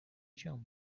jump